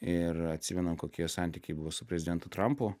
ir atsimenam kokie santykiai buvo su prezidentu trampu